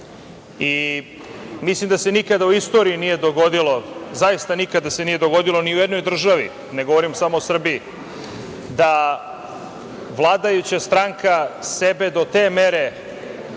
stranke. Mislim da se nikada u istoriji nije dogodilo, zaista se nikada nije dogodilo ni u jednoj državi, ne govorim samo o Srbiji, da vladajuća stranka sebe do te mere